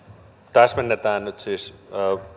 täsmennetään nyt siis